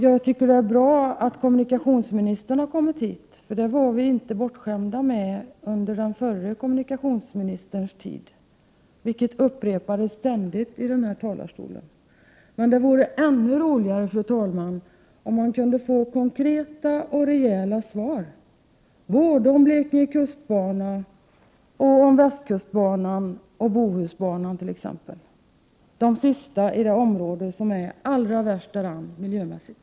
Jag tycker att det är att bra att kommunikationsministern kommit hit. Detta är något som vi inte var bortskämda med under den förre kommunikationsministerns tid, något som ständigt upprepades i denna talarstol. Ännu bättre vore om man kunde få konkreta och rejäla svar, såväl om Blekinge kustbana som om västkustbanan och Bohusbanan. De sistnämnda ligger i det område i Sverige som är allra värst däran miljömässigt.